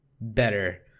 better